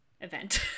event